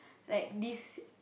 like this